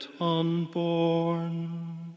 unborn